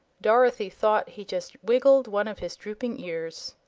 dorothy thought he just wiggled one of his drooping ears,